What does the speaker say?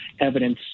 evidence